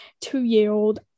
two-year-old